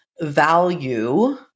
value